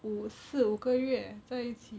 五四四五个月在一起